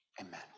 Amen